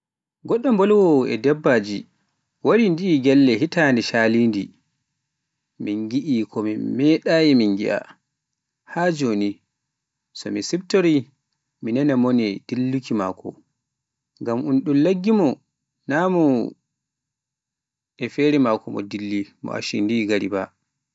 goɗɗo mbolwowo e dabbaji wari ndi galle hitande shalinde, min giie ko min meɗayi min giia, haa joni so mi siftori mi nanaa mone dilliki maako, ngam e ɗun laggi mo e nder gari ndi.